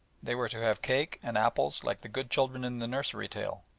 they were to have cake and apples like the good children in the nursery tale,